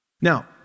Now